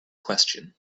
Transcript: question